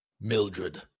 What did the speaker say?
Mildred